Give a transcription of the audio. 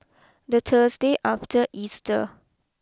the Thursday after Easter